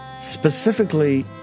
specifically